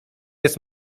jest